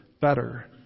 better